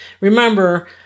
Remember